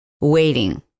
waiting